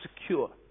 secure